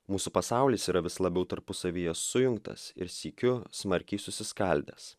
mūsų pasaulis yra vis labiau tarpusavyje sujungtas ir sykiu smarkiai susiskaldęs